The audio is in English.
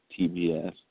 TBS